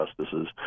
justices